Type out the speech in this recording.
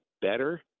better